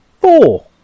four